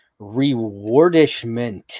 Rewardishment